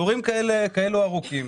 תורים כאלה ארוכים,